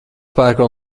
pērkona